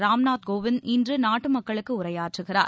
ராம் நாத் கோவிந்த் இன்று நாட்டு மக்களுக்கு உரையாற்றுகிறார்